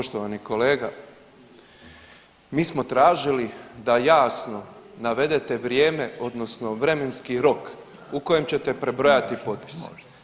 Poštovani kolega mi smo tražili da jasno navedete vrijeme odnosno vremenski rok u kojem ćete prebrojati potpise.